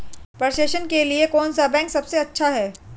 प्रेषण के लिए कौन सा बैंक सबसे अच्छा है?